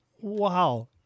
Wow